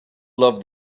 love